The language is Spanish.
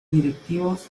directivos